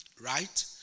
right